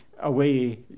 away